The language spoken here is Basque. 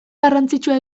garrantzitsua